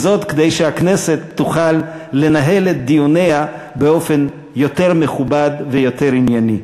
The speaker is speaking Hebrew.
וזאת כדי שהכנסת תוכל לנהל את דיוניה באופן יותר מכובד ויותר ענייני.